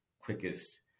quickest